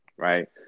Right